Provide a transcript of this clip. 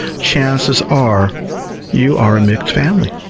chances are you are a mixed family.